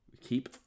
keep